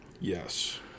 Yes